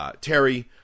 Terry